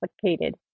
complicated